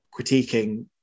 critiquing